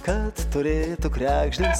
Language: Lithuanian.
kad turėtų kregždės